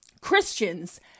Christians